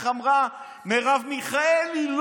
איך אמרה מרב מיכאלי?